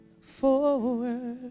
forward